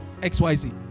XYZ